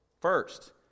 First